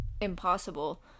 impossible